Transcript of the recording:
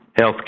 Healthcare